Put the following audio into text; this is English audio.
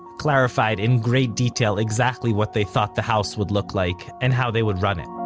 clarified in great detail exactly what they thought the house would look like, and how they would run it